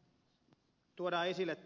sitten tässä tuodaan esille